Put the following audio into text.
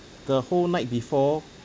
the whole night before